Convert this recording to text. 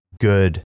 good